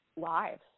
lives